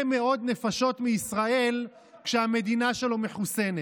מאוד נפשות מישראל כשהמדינה שלו מחוסנת.